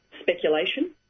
speculation